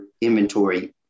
inventory